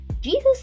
Jesus